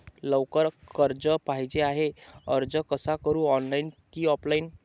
लवकर कर्ज पाहिजे आहे अर्ज कसा करु ऑनलाइन कि ऑफलाइन?